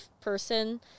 person